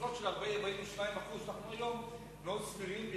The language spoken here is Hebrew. הסביבות של 40% 42% שאנו נמצאים בהן היום סבירות מאוד,